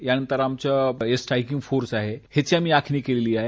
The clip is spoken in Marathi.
त्याच्यानंतर आमचे स्ट्रायकिंग फोर्स आहेत याची आम्ही आखणी केली आहे